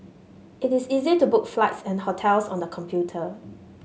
it is easy to book flights and hotels on the computer